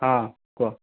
ହଁ କୁହ